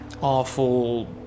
awful